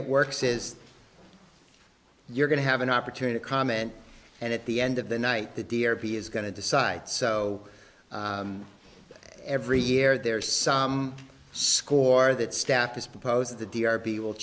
it works is you're going to have an opportunity to comment and at the end of the night the dear p is going to decide so every year there's some score that staff has proposed at the d r p will